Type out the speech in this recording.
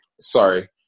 Sorry